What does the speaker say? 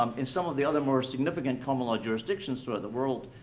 um in some of the other more significant common law jurisdictions throughout the world,